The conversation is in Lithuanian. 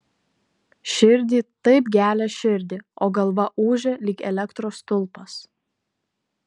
širdį taip gelia širdį o galva ūžia lyg elektros stulpas